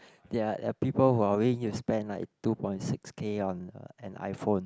ya people who are willing to spend like two point six K on an iPhone